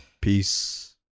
Peace